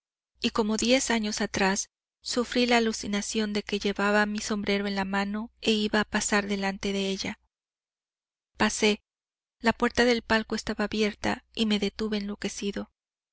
y como diez años atrás sufrí la alucinación de que llevaba mi sombrero en la mano e iba a pasar delante de ella pasé la puerta del palco estaba abierta y me detuve enloquecido